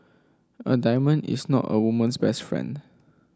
a diamond is not a woman's best friend